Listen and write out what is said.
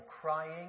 crying